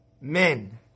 men